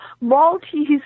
Maltese